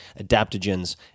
adaptogens